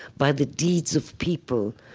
by the deeds of people,